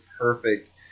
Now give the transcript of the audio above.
perfect